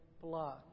blood